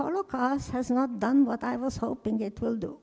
holocaust has not done what i was hoping it will do